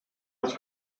als